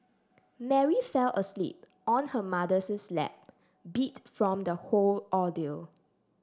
Mary fell asleep on her mother's lap beat from the whole ordeal